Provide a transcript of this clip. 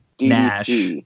Nash